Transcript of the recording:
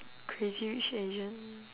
crazy rich asian